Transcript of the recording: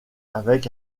avec